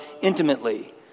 intimately